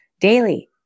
daily